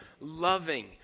loving